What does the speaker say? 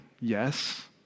Yes